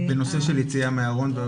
בנושא של יציאה מהארון?